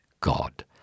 God